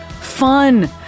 fun